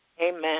Amen